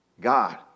God